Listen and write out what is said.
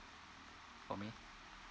for me